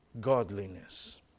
godliness